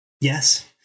Yes